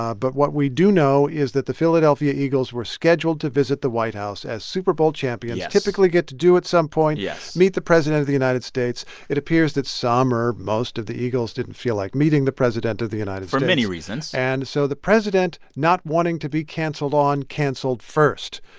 ah but what we do know is that the philadelphia eagles were scheduled to visit the white house, as super bowl champions. yes. typically get to do at some point yes meet the president of the united states. it appears that some or most of the eagles didn't feel like meeting the president of the united states for many reasons and so the president, not wanting to be canceled on, canceled first.